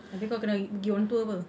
abeh kau kena pergi orang tua [pe]